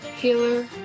healer